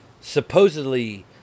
supposedly